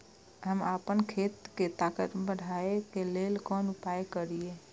हम आपन खेत के ताकत बढ़ाय के लेल कोन उपाय करिए?